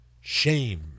shame